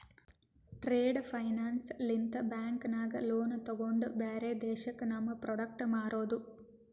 trade finance ಲಿಂತ bank ನಾಗ್ loan ತೊಗೊಂಡು ಬ್ಯಾರೆ ದೇಶಕ್ಕ ನಮ್ ಪ್ರೋಡಕ್ಟ್ ಮಾರೋದು